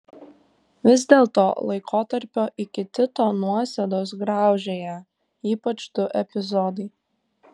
vis dėlto laikotarpio iki tito nuosėdos graužė ją ypač du epizodai